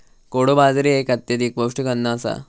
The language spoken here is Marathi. कोडो बाजरी एक अत्यधिक पौष्टिक अन्न आसा